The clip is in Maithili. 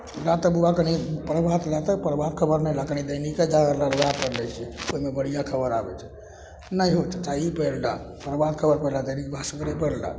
ला तऽ बौआ कनि प्रभात ला तऽ प्रभात खबर नहि रहल तऽ कनि दैनिके जागरण ला पढ़ि लै छी ओहिमे बढ़िआँ खबरि आबै छै नहि हौ चचा ई पढ़ि लह प्रभात खबर पढ़ि लह दैनिक भास्करे पढ़ि लह